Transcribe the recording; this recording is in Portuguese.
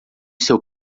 seu